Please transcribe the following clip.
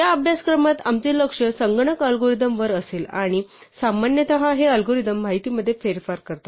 या अभ्यासक्रमात आमचे लक्ष संगणक अल्गोरिदम वर असेल आणि सामान्यत हे अल्गोरिदम माहितीमध्ये फेरफार करतात